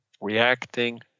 reacting